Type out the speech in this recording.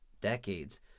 decades